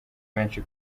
benshi